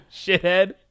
shithead